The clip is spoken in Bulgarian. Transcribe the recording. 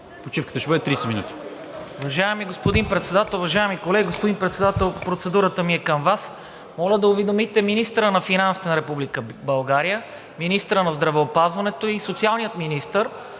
Почивката ще бъде 30 минути.